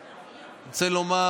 אני רוצה לומר: